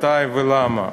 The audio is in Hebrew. מתי ולמה.